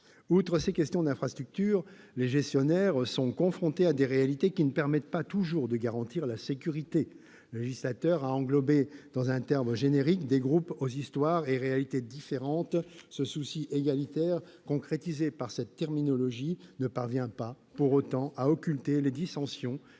Outre ces questions d'infrastructures, les gestionnaires sont confrontés à des réalités, qui ne permettent pas toujours de garantir la sécurité. Le législateur a englobé, dans un terme générique, des groupes aux histoires et réalités différentes ; ce souci égalitaire, concrétisé par la terminologie, ne parvient pas, pour autant, à occulter les dissensions qui existent